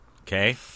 Okay